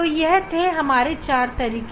तो यह थे हमारे 4 तरीके